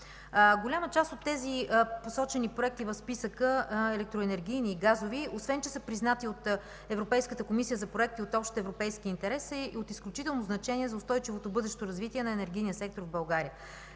Голяма част от посочените в списъка електроенергийни и газови проекти освен че са признати от Европейската комисия за проекти от общ европейски интерес, са и от изключително значение за устойчивото бъдещо развитие на енергийния сектор в България.